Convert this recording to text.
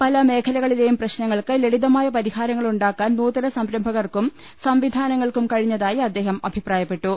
പല മേഖലകളിലെയും പ്രശ്നങ്ങൾക്ക് ലളിതമായ പരിഹാരങ്ങളുണ്ടാക്കാൻ നൂതന സംരംഭകർക്കും സംവിധാനങ്ങൾക്കും കഴിഞ്ഞതായി അദ്ദേഹം അഭിപ്രായ പ്പെട്ടു